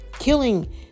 killing